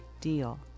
deal